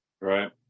Right